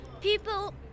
people